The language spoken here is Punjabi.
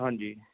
ਹਾਂਜੀ